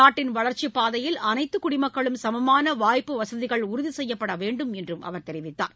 நாட்டின் வளர்ச்சிப் பாதையில் அனைத்து குடிமக்களுக்கும் சமமான வாய்ப்பு வசதிகள் உறுதி செய்யப்பட வேண்டும் என்றும் அவர் தெரிவித்தார்